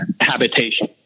habitation